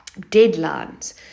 deadlines